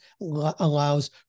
allows